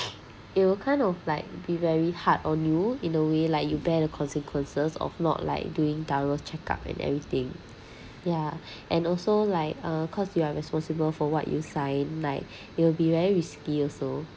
it will kind of like be very hard on you in a way like you bear the consequences of not like doing thorough checkup and everything yeah and also like uh cause you are responsible for what you sign like it will be very risky also